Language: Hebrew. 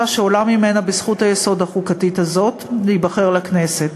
שעולה ממנה בזכות היסוד החוקתית הזאת להיבחר לכנסת.